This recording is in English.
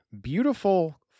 beautiful